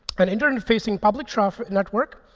an internet-facing public trough network,